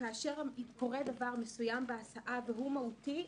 כאשר קורה דבר מסוים בהסעה והוא מהותי,